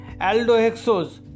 aldohexose